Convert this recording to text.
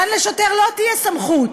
כאן לשוטר לא תהיה סמכות,